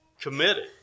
committed